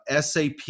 SAP